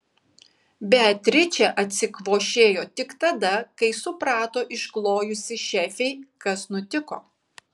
beatričė atsikvošėjo tik tada kai suprato išklojusi šefei kas nutiko